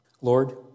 Lord